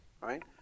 right